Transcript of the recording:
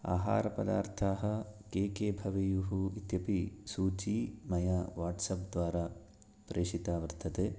आहारपदार्थाः के के भवेयुः इत्यपि सूची मया वाट्सप् द्वारा प्रेषिता वर्तते